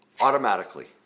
automatically